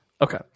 Okay